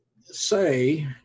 say